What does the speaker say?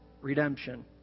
redemption